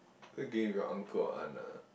you going with your uncle or aunt ah